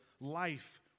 life